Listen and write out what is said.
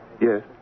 Yes